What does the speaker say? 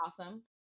awesome